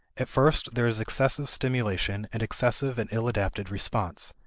at first, there is excessive stimulation and excessive and ill-adapted response.